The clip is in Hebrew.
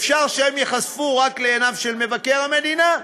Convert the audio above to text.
אפשר שהם ייחשפו רק לעיניו של מבקר המדינה,